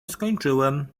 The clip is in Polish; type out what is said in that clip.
skończyłem